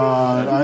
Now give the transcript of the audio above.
God